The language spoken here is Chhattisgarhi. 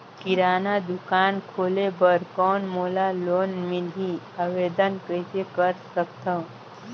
किराना दुकान खोले बर कौन मोला लोन मिलही? आवेदन कइसे कर सकथव?